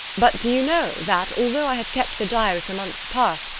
but do you know that, although i have kept the diary for months past,